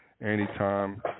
anytime